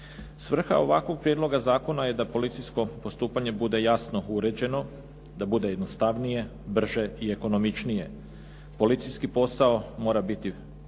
Svrha ovakvog prijedloga zakona je da policijsko postupanje bude jasno uređeno, da bude jednostavnije, brže i ekonomičnije. Policijski posao mora biti